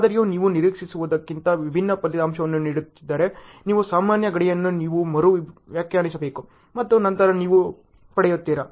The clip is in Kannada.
ಮಾದರಿಯು ನೀವು ನಿರೀಕ್ಷಿಸುತ್ತಿರುವುದಕ್ಕಿಂತ ವಿಭಿನ್ನ ಫಲಿತಾಂಶವನ್ನು ನೀಡುತ್ತಿದ್ದರೆ ನಿಮ್ಮ ಸಮಸ್ಯೆಯ ಗಡಿಯನ್ನು ನೀವು ಮರು ವ್ಯಾಖ್ಯಾನಿಸಬೇಕು ಮತ್ತು ನಂತರ ನೀವು ಪಡೆಯುತ್ತೀರಾ